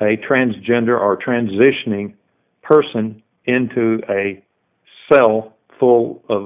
a transgender are transitioning person into a cell full of